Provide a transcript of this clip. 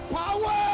power